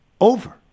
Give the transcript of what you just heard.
over